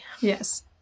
Yes